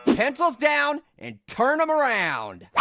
pencils down, and turn em around.